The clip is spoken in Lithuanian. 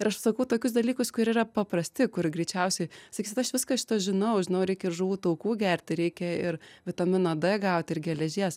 ir aš sakau tokius dalykus kur yra paprasti kur greičiausiai sakysit aš viską šitą žinau žinau reikia ir žuvų taukų gerti reikia ir vitamino d gauti ir geležies